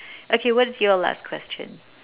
okay what is your last question